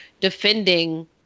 defending